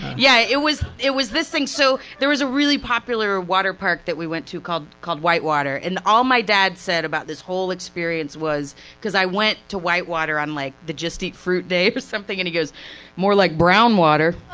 yeah, it was it was this thing. so, there was a really popular water park that we went to called called white water. and all my dad said about this whole experience was because i went to white water on like the just eat fruit day or something, and he goes more like brown water.